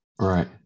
right